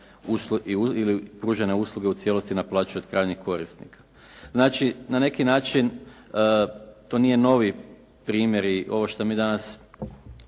usluge u cijelosti naplaćuje od krajnjih korisnika. Znači na neki način to nije novi primjer i ovo što mi danas